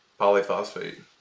polyphosphate